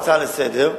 בהצעה לסדר-היום,